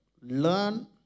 learn